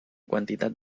quantitat